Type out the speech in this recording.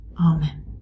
Amen